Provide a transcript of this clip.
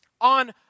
on